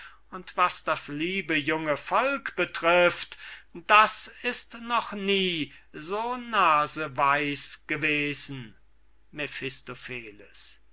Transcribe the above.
und was das liebe junge volk betrifft das ist noch nie so naseweis gewesen